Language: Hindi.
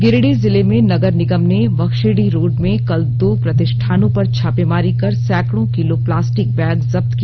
गिरिडीह जिले में नगर निगम ने बख्शीडीह रोड में कल दो प्रतिष्ठानों पर छापेमारी कर सैकड़ों किलो प्लास्टिक बैग जब्त किया